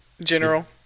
general